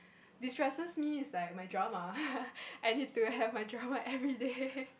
destresses me is like my drama I need to have my drama everyday